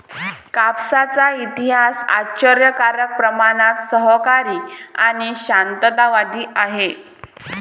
कापसाचा इतिहास आश्चर्यकारक प्रमाणात सहकारी आणि शांततावादी आहे